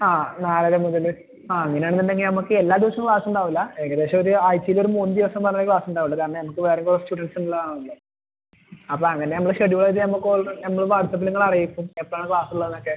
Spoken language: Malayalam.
ആ നാലര മുതല് ആ അങ്ങനെ ആണെന്നുണ്ടെങ്കിൽ നമുക്ക് എല്ലാ ദിവസവും ക്ലാസുണ്ടാവില്ല ഏകദേശമോരു ആഴ്ചയിലൊര് മൂന്ന് ദിവസം മാത്രമെ ക്ലാസുണ്ടാവുകയുള്ളു കാരണം നമുക്ക് വേറെ കുറെ സ്റ്റുഡൻസ്സുള്ള താണല്ലൊ അപ്പം അങ്ങനെ നമ്മള് ഷെഡ്യൂൽ ചെയ്ത് നമുക്ക് ഓൾറെ നമ്മള് വാട്ട്സപ്പില് നിങ്ങളെ അറിയിക്കും എപ്പളാണ് ക്ലാസ്സുള്ളതെന്ന് ഒക്കെ